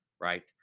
right